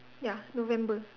ya November